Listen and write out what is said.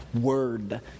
word